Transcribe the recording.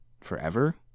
forever